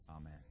Amen